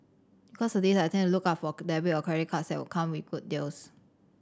because of this I tend to look out for debit or credit cards that will come with good deals